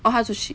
orh 她出去